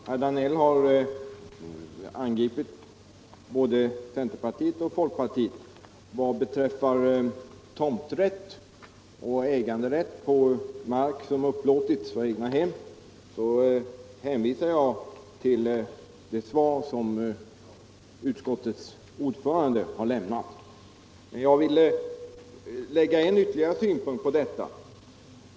Herr talman! Herr Danell har angripit både centerpartiet och folkpartiet vad beträffar frågan om tomträtt eller äganderätt när det gäller mark som upplåtes för egnahem. Jag hänvisar till det svar som utskottets ordförande gett, men jag vill anlägga ytterligare en synpunkt på denna fråga.